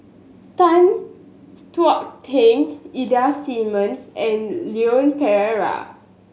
Tan Thuan Heng Ida Simmons and Leon Perera